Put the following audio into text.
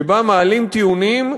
שבה מעלים טיעונים,